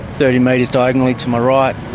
thirty metres diagonally to my right,